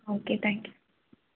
okay thank you